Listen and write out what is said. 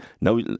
now